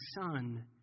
Son